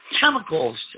chemicals